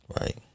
right